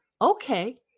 okay